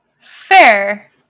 Fair